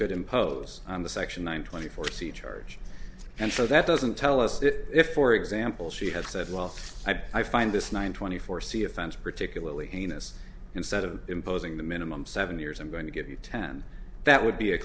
could impose on the section one twenty four c charge and so that doesn't tell us that if for example she had said well i find this nine twenty four c offense particularly heinous instead of imposing the minimum seven years i'm going to give you ten that would be a